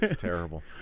Terrible